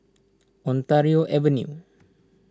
Ontario Avenue